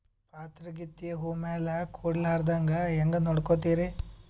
ಪಾತರಗಿತ್ತಿ ಹೂ ಮ್ಯಾಲ ಕೂಡಲಾರ್ದಂಗ ಹೇಂಗ ನೋಡಕೋತಿರಿ?